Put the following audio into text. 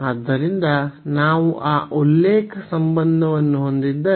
ಆದ್ದರಿಂದ ನಾವು ಆ ಉಲ್ಲೇಖ ಸಂಬಂಧವನ್ನು ಹೊಂದಿದ್ದರೆ